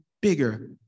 bigger